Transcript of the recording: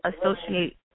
associate